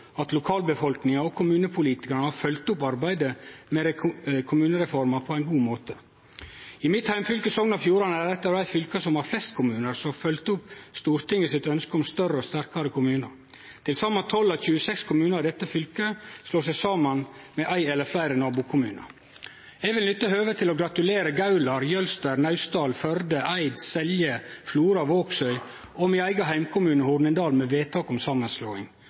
at lokalbefolkninga og kommunepolitikarane har følgt opp arbeidet med kommunereforma på ein god måte. Mitt heimfylke, Sogn og Fjordane, er eit av dei fylka der flest kommunar har følgt opp Stortingets ønske om større og sterkare kommunar. Til saman 12 av 26 kommunar i dette fylket slår seg saman med éin eller fleire nabokommunar. Eg vil nytte høvet til å gratulere Gaular, Jølster, Naustdal, Førde, Eid, Selje, Flora, Vågsøy og min eigen heimkommune, Hornindal, med vedtak om samanslåing.